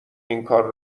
اینکار